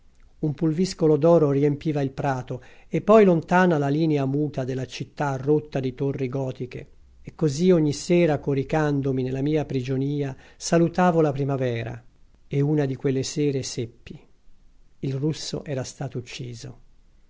un pulviscolo d'oro riempiva il prato e poi lontana la canti orfici dino campana linea muta della città rotta di torri gotiche e così ogni sera coricandomi nella mia prigionia salutavo la primavera e una di quelle sere seppi il russo era stato ucciso